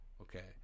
Okay